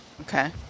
Okay